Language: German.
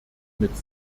mit